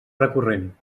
recurrent